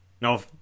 No